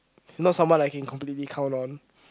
he's not someone I can completely count on